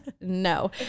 No